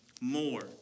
more